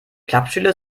klappstühle